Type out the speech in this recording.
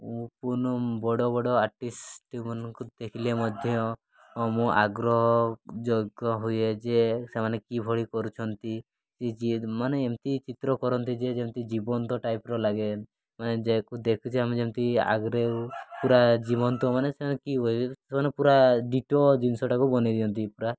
ବଡ଼ ବଡ଼ ଆର୍ଟିଷ୍ଟ୍ ମାନଙ୍କୁ ଦେଖିଲେ ମଧ୍ୟ ମୁଁ ଆଗ୍ରହ ଯୋଗ ହୁଏ ଯେ ସେମାନେ କିଭଳି କରୁଛନ୍ତି ଯିଏ ମାନେ ଏମିତି ଚିତ୍ର କରନ୍ତି ଯେ ଯେମିତି ଜୀବନ୍ତ ଟାଇପ୍ର ଲାଗେ ମାନେ ଯେକୁ ଦେଖୁଚେ ଆମେ ଯେମିତି ଆଗରେ ପୁରା ଜୀବନ୍ତ ମାନେ ସେମାନେ କି ସେମାନେ ପୁରା ଡିଟୋ ଜିନିଷଟାକୁ ବନେଇ ଦିଅନ୍ତି ପୁରା